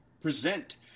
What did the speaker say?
present